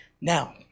Now